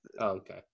Okay